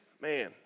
man